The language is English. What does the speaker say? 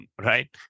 Right